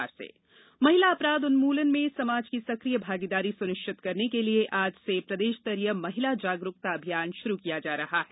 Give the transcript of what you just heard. महिला जागरूकता अभियान महिला अपराध उन्मूलन में समाज की सक्रिय भागीदारी सुनिश्चित करने के लिए आज से प्रदेश स्तरीय महिला जागरूकता अभियान शुरू किया जा रहा है